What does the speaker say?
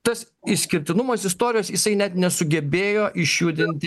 tas išskirtinumas istorijos jisai net nesugebėjo išjudinti